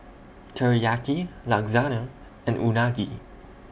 Teriyaki Lasagna and Unagi